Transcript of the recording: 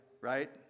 Right